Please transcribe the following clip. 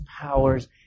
powers